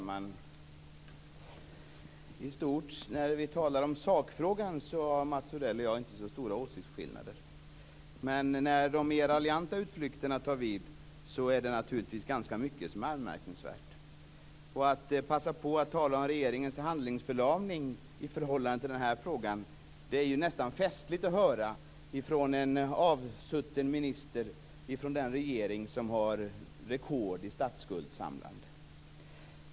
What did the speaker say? Fru talman! När vi talar om sakfrågan har Mats Odell och jag inte så stora åsiktsskillnader i stort. Men när de mer raljanta utflykterna tar vid är det ganska mycket som är anmärkningsvärt. Att passa på att tala om regeringens handlingsförlamning i förhållande till den här frågan är nästan festligt att höra från en avsutten minister från den regering som har rekord i statsskuldssamlande.